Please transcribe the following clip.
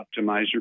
optimizer